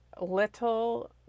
little